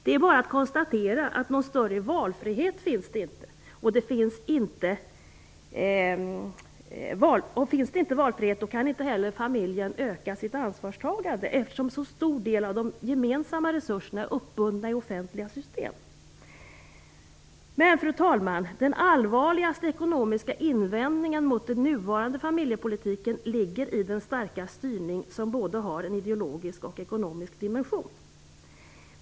Det är bara att konstatera att det inte finns någon större valfrihet, och finns det inte valfrihet kan familjen inte heller öka sitt ansvarstagande, eftersom en så stor del av de gemensamma resurserna är uppbundna i offentliga system. Men, fru talman, den allvarligaste ekonomiska invändningen mot den nuvarande familjepolitiken ligger i den starka styrning som har både en ideologisk och en ekonomisk dimension.